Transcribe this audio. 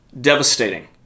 devastating